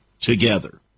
together